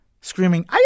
screaming